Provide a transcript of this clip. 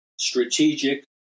strategic